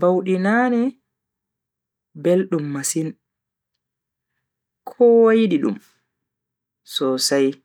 baudi nane beldum masin kowa yidi dum sosai.